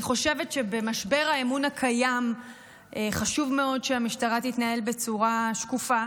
אני חושבת שבמשבר האמון הקיים חשוב מאוד שהמשטרה תתנהל בצורה שקופה.